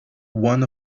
one